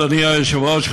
אדוני היושב-ראש,